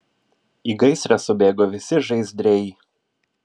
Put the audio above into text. į gaisrą subėgo visi žaizdriai